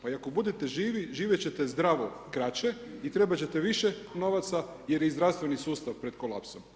Pa i ako budete živi, živjet ćete zdravo kraće i trebat ćete više novaca jer je i zdravstveni sustav pred kolapsom.